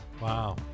Wow